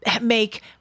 make